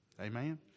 Amen